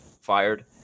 fired